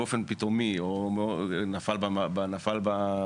באופן פתאומי או נפל באמבטיה,